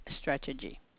strategy